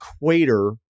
equator